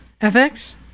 FX